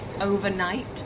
overnight